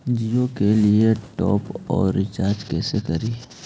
जियो के लिए top up recharge कैसे करी?